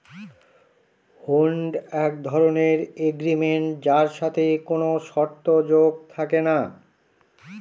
হুন্ড এক ধরনের এগ্রিমেন্ট যার সাথে কোনো শর্ত যোগ থাকে না